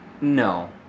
No